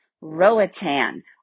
Roatan